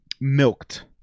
milked